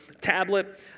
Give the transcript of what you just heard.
tablet